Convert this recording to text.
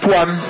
one